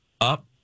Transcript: up